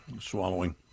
swallowing